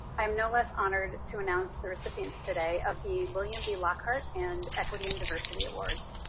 i'm no less honored to announce the recipients today of the william b. lockhart and equity and diversity awards.